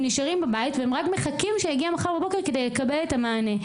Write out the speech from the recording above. הם נשארים בבית והם רק מחכים שיגיע מחר בבוקר כדי לקבל את המענה.